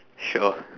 sure